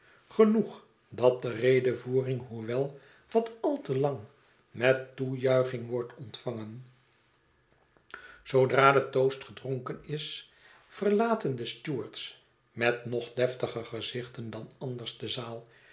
genoeg dat de redevoering hoewel wat al te lang met toejuiching wordt ontvangen zoodra de toast gedronken is verlaten de stewards met nog deftiger gezichten dan anders de zaal